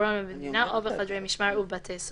הקורונה במדינה או בחדרי משמר ובתי סוהר,